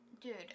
dude